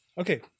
Okay